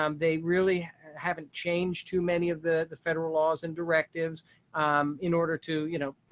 um they really haven't changed too many of the the federal laws and directives in order to, you know,